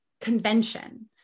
convention